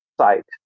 site